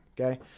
Okay